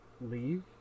leave